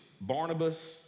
Barnabas